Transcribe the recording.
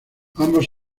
ambos